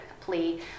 plea